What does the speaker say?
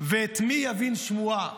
ואת מי יבין שמועה".